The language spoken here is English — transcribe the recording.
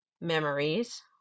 memories